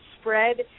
spread